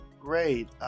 Great